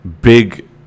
big